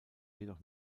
jedoch